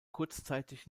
kurzzeitig